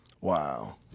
Wow